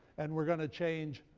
and we're going to change